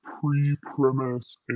pre-premise